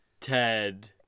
ted